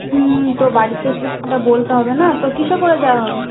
হুম তো বাড়িতে বলতে হবে না তো কীসে করে যাওয়া হবে